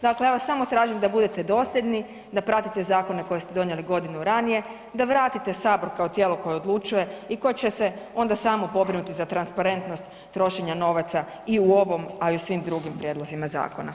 Dakle, ja vas samo tražim da budete dosljedni, da pratite zakone koje ste donijeli godinu radnije, da vratite sabor kao tijelo koje odlučuje i koje će se onda sam pobrinuti za transparentnost trošenja novaca i u ovom, a i u svim drugim prijedlozima zakona.